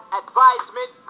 advisement